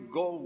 go